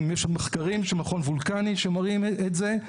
יש מחקרים של מכון וולקני שמראים את זה.